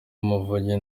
muvunyi